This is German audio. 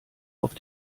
auf